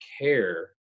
care